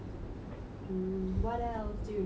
mm what else do you know about them